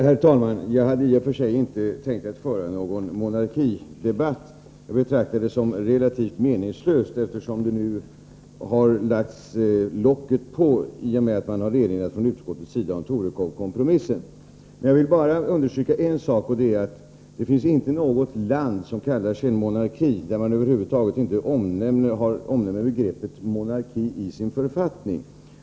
Herr talman! Jag hade i och för sig inte tänkt föra någon monarkidebatt — jag betraktar det som relativt meningslöst, eftersom locket nu har lagts på i och med att utskottet hänvisar till Torekovskompromissen. Jag vill bara understryka att det inte finns något land som kallar sig monarki där man inte har med begreppet monarki i sin författning.